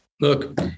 Look